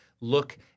look